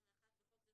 2021 (בחוק זה,